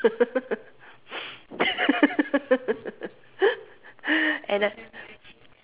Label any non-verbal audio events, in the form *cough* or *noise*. *laughs* and I